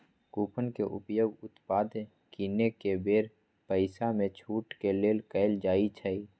coupon के उपयोग उत्पाद किनेके बेर पइसामे छूट के लेल कएल जाइ छइ